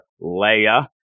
Leia